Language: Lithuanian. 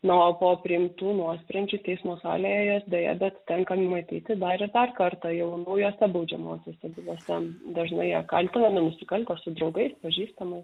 na o po priimtų nuosprendžių teismo salėje juos deja bet tenka numatyti dar ir dar kartą jau naujose baudžiamosiose bylose dažnai jie kaltinami nusikaltę su draugais pažįstamais